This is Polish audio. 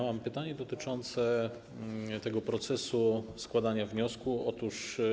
Mam pytanie dotyczące tego procesu składania wniosków.